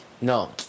No